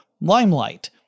limelight